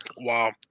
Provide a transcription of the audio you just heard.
wow